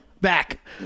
back